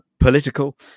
political